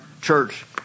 church